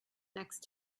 next